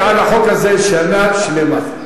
עבדתי על החוק הזה שנה שלמה.